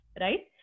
right